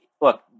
look